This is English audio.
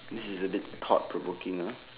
this is a bit thought provoking